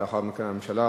ולאחר מכן הממשלה